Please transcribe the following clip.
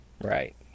Right